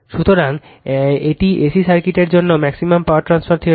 সুতরাং এটি A C সার্কিটের জন্য ম্যাক্সিমাম পাওয়ার ট্রান্সফার থিওরেম